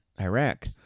Iraq